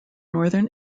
northern